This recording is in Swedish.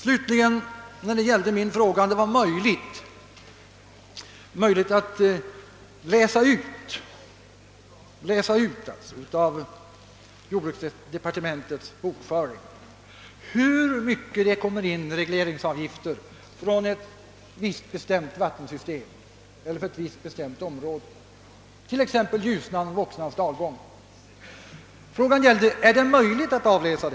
Jag frågade om det är möjligt att läsa ut av jordbruksdepartementets bokföring hur mycket det kommer in i regleringsavgifter från ett visst bestämt område, t.ex. Ljusnan-Voxnans dalgång. Detta fick jag inte något svar på.